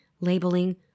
labeling